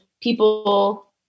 people